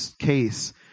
case